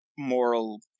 Moral